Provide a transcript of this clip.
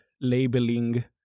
labeling